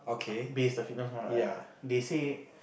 base the fitness corner I I they say